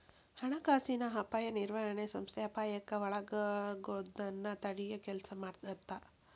ಹಣಕಾಸಿನ ಅಪಾಯ ನಿರ್ವಹಣೆ ಸಂಸ್ಥೆ ಅಪಾಯಕ್ಕ ಒಳಗಾಗೋದನ್ನ ತಡಿಯೊ ಕೆಲ್ಸ ಮಾಡತ್ತ